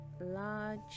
large